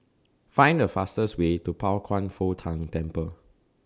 Find The fastest Way to Pao Kwan Foh Tang Temple